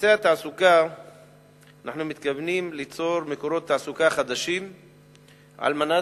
בנושא התעסוקה אנחנו מתכוונים ליצור מקורות תעסוקה חדשים לשיפור